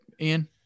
Ian